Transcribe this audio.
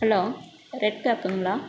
hello red கேப்புங்களா